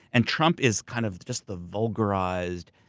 and trump is kind of just the vulgarized,